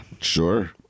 Sure